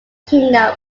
kingdom